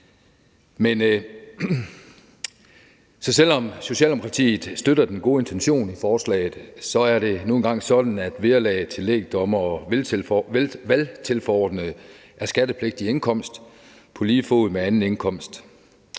her. Så selv om Socialdemokratiet støtter den gode intention med forslaget, er det nu engang sådan, at vederlag til lægdommere og valgtilforordnede er skattepligtig indkomst på lige fod med anden indkomst.